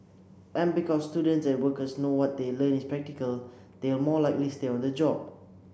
and because students and workers know that what they learn is practical they will more likely stay on the job